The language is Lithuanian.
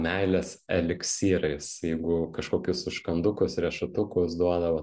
meilės eliksyrais jeigu kažkokius užkandukus riešutukus duodavo